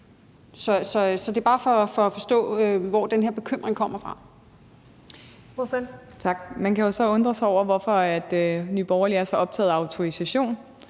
Det er bare for at forstå, hvor den her bekymring kommer fra.